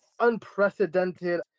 unprecedented